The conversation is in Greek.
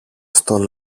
στο